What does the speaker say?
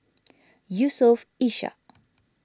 Yusof Ishak